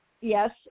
Yes